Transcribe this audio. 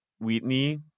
Whitney